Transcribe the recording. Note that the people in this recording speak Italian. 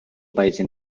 paese